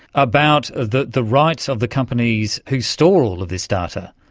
about the the rights of the companies who store all of this data.